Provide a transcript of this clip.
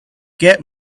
get